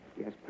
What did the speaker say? Yes